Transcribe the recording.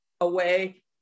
away